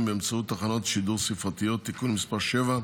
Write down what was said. באמצעות תחנות שידור ספרתיות (תיקון מס' 7,